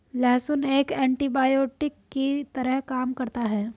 लहसुन एक एन्टीबायोटिक की तरह काम करता है